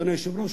אדוני היושב-ראש,